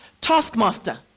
taskmaster